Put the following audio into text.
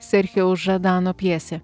sergijaus žadano pjesė